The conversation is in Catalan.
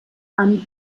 amb